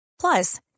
Plus